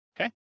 Okay